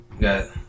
got